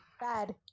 Bad